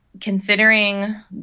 considering